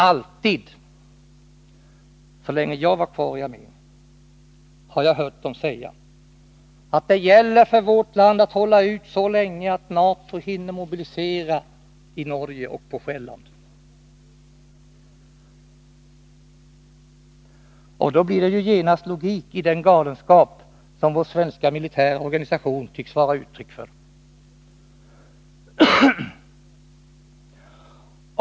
Alltid, så länge jag var kvar i armén, hörde jag dem säga att det gäller för vårt land att hålla ut så länge att NATO hinner mobilisera i Norge och på Själland. Då blir det ju genast logik i den galenskap som vår svenska militära organisation tycks vara uttryck för.